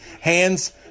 hands